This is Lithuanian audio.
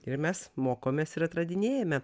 ir mes mokomės ir atradinėjame